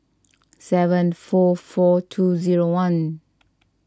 seven four four two zero one